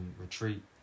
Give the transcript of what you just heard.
retreat